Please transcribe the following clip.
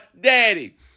daddy